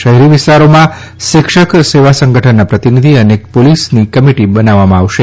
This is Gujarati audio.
શહેરી વિસ્તારોમાં શિક્ષક સેવા સંગઠનના પ્રતિનિધિ અને પોલીસની કમિટી બનાવવામાં આવશે